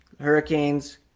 hurricanes